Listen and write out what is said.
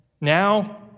Now